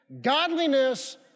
Godliness